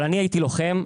אבל אני הייתי לוחם.